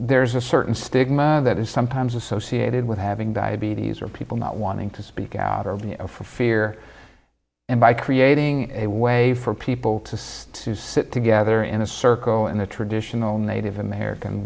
there's a certain stigma that is sometimes associated with having diabetes or people not wanting to speak out or for fear and by creating a way for people to say to sit together in a circle in the traditional native american